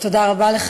תודה רבה לך.